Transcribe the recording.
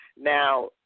Now